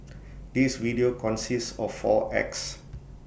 this video consists of four acts